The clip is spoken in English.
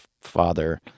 father